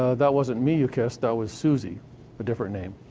ah that wasn't me you kissed, that was suzy a different name.